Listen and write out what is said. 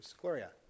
Gloria